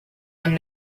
and